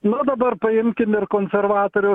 nu dabar paimkim ir konservatorių